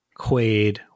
Quaid